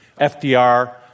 FDR